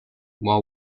while